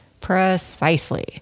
precisely